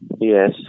Yes